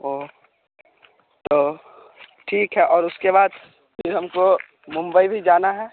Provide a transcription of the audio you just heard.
ओह तो ठीक है और उसके बाद फिर हमको मुंबई भी जाना है